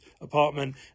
apartment